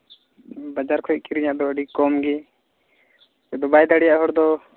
ᱵᱟᱡᱟᱨ ᱠᱷᱚᱱ ᱠᱤᱨᱤᱧᱟᱜ ᱫᱚ ᱟᱹᱰᱤ ᱠᱚᱢ ᱜᱮ ᱵᱟᱭ ᱫᱟᱲᱮᱭᱟᱜ ᱦᱚᱲ ᱫᱚ